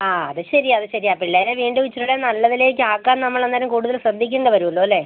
ആ അത് ശരിയാണ് അത് ശരിയോ പിള്ളേരെ വീണ്ടും ഇച്ചിരിയും കൂടെ നല്ല നിലയിലേക്ക് ആക്കാൻ നമ്മളൂം കൂടുതൽ ശ്രദ്ധിക്കേണ്ടി വരുമല്ലോ അല്ലെ